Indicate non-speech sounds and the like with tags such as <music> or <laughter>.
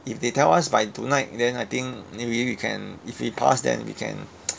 if they tell us by tonight then I think maybe we can if we pass then we can <noise>